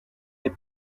est